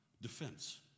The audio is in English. defense